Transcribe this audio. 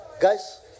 guys